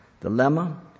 dilemma